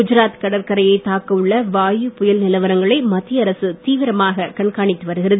குஜராத் கடற்கரையை தாக்க உள்ள வாயு புயல் நிலவரங்களை மத்திய அரசு தீவிரமாக கண்காணித்து வருகிறது